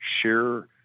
share